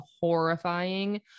horrifying